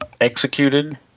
executed